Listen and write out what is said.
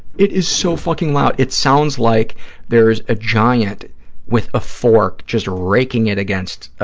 it is so fucking loud. it sounds like there is a giant with a fork just raking it against